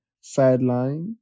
sideline